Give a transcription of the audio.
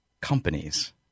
companies